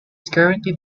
currently